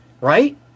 right